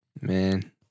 Man